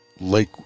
Lake